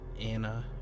Anna